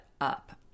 up